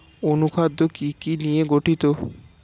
অনুখাদ্য কি কি নিয়ে গঠিত?